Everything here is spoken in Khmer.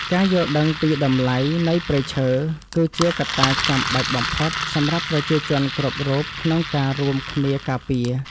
ការយល់ដឹងពីតម្លៃនៃព្រៃឈើ គឺជាកត្តាចាំបាច់បំផុតសម្រាប់ប្រជាជនគ្រប់រូបក្នុងការរួមគ្នាការពារ។